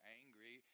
angry